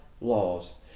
laws